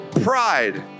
pride